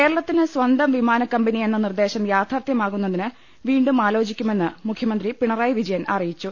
കേരളത്തിന് സ്വന്തം വിമാനക്കമ്പനി എന്ന നിർദ്ദേശം യാഥാർത്ഥ്യമാക്കുന്നതിന് വീണ്ടും ആലോചിക്കുമെന്ന് മുഖ്യ മന്ത്രി പിണറായി വിജയൻ അറിയിച്ചു